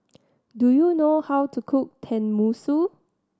do you know how to cook Tenmusu